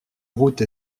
route